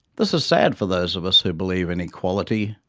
this is sad for those of us who believe in equality,